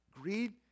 greed